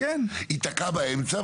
ייתקע באמצע,